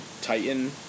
Titan